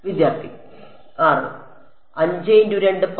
വിദ്യാർത്ഥി 6